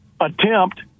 attempt